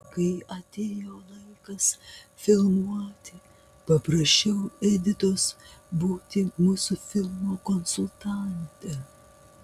kai atėjo laikas filmuoti paprašiau editos būti mūsų filmo konsultante